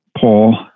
Paul